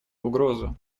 угрозу